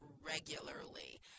regularly